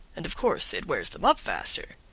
and of course it wears them up faster.